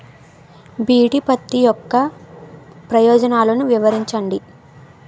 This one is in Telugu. బి.టి పత్తి యొక్క ప్రయోజనాలను వివరించండి?